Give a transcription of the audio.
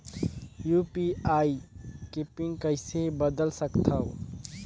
UPI के pin कइसे बदल सकथव?